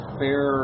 fair